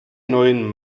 neuen